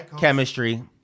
chemistry